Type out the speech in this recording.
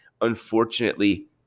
unfortunately